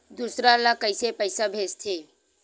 दूसरा ला कइसे पईसा भेजथे?